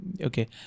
Okay